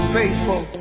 faithful